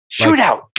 Shootout